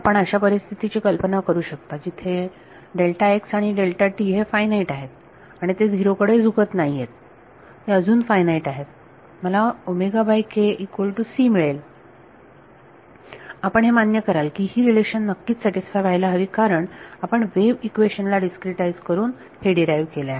आपण अशा परिस्थितीची कल्पना करू शकता जिथे आणि हे फायनाईट आहेत आणि ते 0 कडे झुकत नाहीयेत ते अजून फाईनाईट आहेत मला मिळेल आपण हे मान्य कराल की ही रिलेशन नक्कीच सॅटिस्फाय व्हायला हवी कारण आपण वेव्ह इक्वेशन ला डिस्क्रीटाईज करून हे डीराईव्ह केले आहे